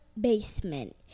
Basement